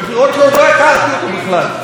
אגב,